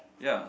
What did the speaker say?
ya